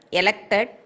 elected